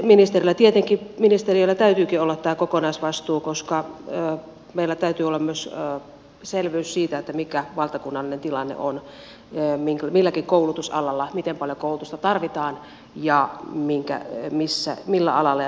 ministeriöllä tietenkin täytyykin olla tämä kokonaisvastuu koska meillä täytyy olla myös selvyys siitä mikä valtakunnallinen tilanne on milläkin koulutusalalla miten paljon koulutusta tarvitaan ja millä alalla ja minkä verran